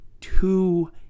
two